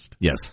yes